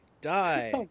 Die